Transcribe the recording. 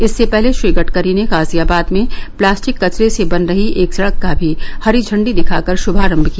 इससे पहले श्री गडकरी ने गाजियाबाद में प्लास्टिक कचरे से बन रही एक सडक का भी हरी झंडी दिखाकर श्मारम किया